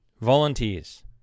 Volunteers